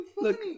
look